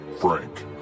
Frank